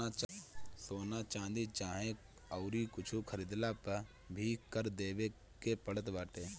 सोना, चांदी चाहे अउरी कुछु खरीदला पअ भी कर देवे के पड़त बाटे